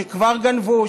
שכבר גנבו,